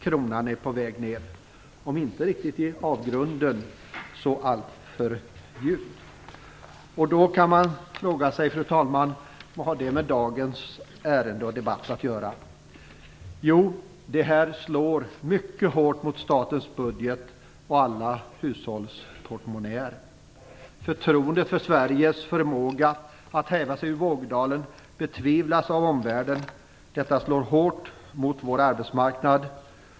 Kronan är på väg ner, om inte riktigt i avgrunden så alltför djupt. Man kan fråga sig, fru talman, vad det har med dagens ärende och debatt att göra. Jo, det här slår mycket hårt mot statens budget och alla hushållsportmonnäer. Förtroendet för Sveriges förmåga att häva sig ur vågdalen betvivlas av omvärlden. Detta slår hårt mot vår arbetsmarknad.